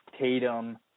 tatum